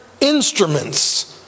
instruments